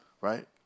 right